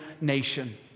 nation